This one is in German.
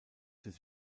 des